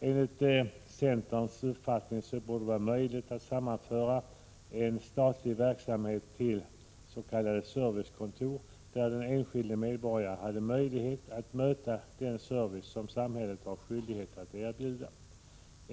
Enligt centerns uppfattning borde det vara möjligt att sammanföra en del statlig verksamhet till s.k. servicekontor, där den enskilde medborgaren hade möjlighet att möta den service som samhället har skyldighet att erbjuda.